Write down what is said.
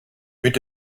mit